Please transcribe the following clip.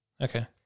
okay